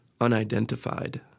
unidentified